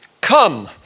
come